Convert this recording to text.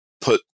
put